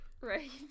Right